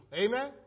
Amen